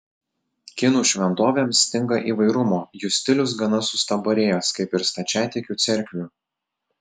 kinų šventovėms stinga įvairumo jų stilius gana sustabarėjęs kaip ir stačiatikių cerkvių